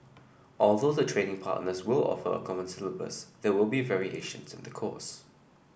although the training partners will offer a common syllabus there will be variations in the course